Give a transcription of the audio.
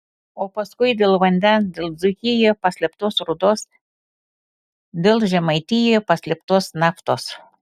o paskui dėl vandens dėl dzūkijoje paslėptos rūdos dėl žemaitijoje paslėptos naftos